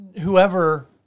whoever